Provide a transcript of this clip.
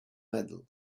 medal